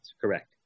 Correct